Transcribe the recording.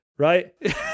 right